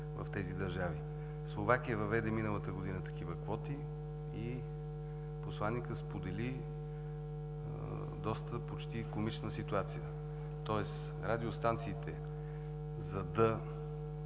в тези държави. Словакия въведе миналата година такива квоти и посланикът сподели почти комична ситуация, тоест радиостанциите, за да